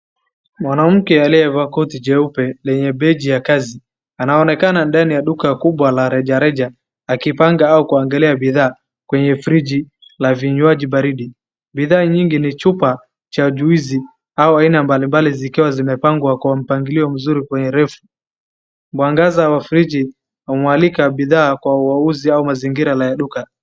Mwanamke aliyevaa koti jeupe lenye beji ya kazi, anaonekana ndani ya duka la rejareja, akipanga au kuangalia bidhaa kwenye friji la vinywaji baridi. Bidhaa nyingi ni chupa cha juisi au aina mbalimbali, zikiwa zimepangwa kwa mpangilio mzuri kwenye refu. Mwangaza wa friji, umwalika bidhaa kwa wauzi hao au mazingila la duka.